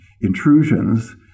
intrusions